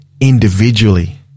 individually